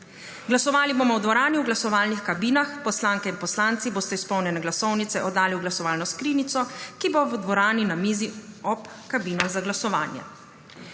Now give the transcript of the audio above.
Glasovali bomo v dvorani v glasovalnih kabinah. Poslanke in poslanci boste izpolnjene glasovnice oddali v glasovalno skrinjico, ki bo v dvorani na mizi ob kabinah za glasovanje.